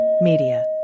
Media